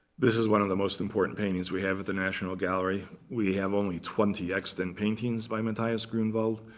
this is one of the most important paintings we have at the national gallery. we have only twenty extant paintings by matthias grunewald.